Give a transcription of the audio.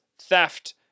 theft